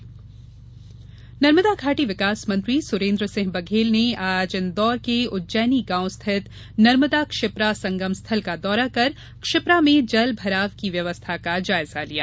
बघेल निरीक्षण नर्मदा घाटी विकास मंत्री सुरेंद्र सिंह बघेल ने आज इंदौर के उज्जैनी गांव स्थित नर्मदा क्षिप्रा संगम स्थल का दौरा कर क्षिप्रा में जल भराव की व्यवस्था का जायजा लिया